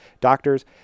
doctors